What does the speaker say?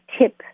tip